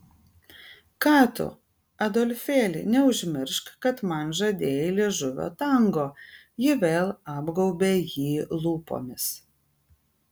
ką tu adolfėli neužmiršk kad man žadėjai liežuvio tango ji vėl apgaubė jį lūpomis